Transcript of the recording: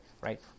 right